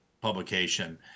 publication